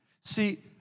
See